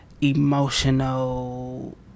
emotional